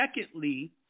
Secondly